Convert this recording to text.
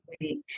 week